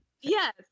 Yes